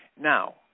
Now